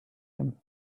him